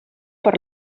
per